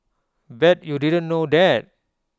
bet you didn't know that